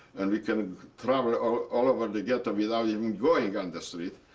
and we can travel all over the ghetto without even going on the street.